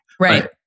Right